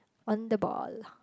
on the ball